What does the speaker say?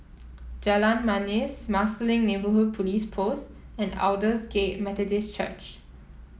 Jalan Manis Marsiling Neighbourhood Police Post and Aldersgate Methodist Church